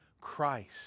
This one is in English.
Christ